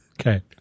Okay